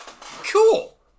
Cool